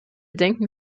denken